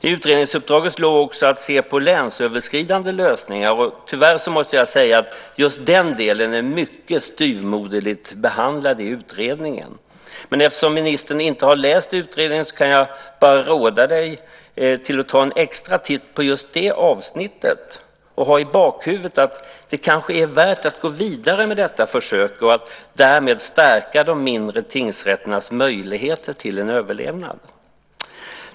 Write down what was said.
I utredningsuppdraget ingick också att se på länsöverskridande lösningar, och tyvärr måste jag säga att just den delen är mycket styvmoderligt behandlad i utredningen. Eftersom ministern inte har läst utredningen kan jag bara råda honom att ta en extra titt på just det avsnittet och ha i bakhuvudet att det kanske är värt att gå vidare med detta försök och därmed stärka de mindre tingsrätternas möjligheter till överlevnad.